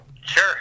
sure